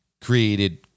created